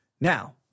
Now